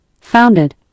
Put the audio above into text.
founded